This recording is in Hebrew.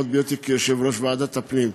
עוד מהיותי יושב-ראש ועדת הפנים.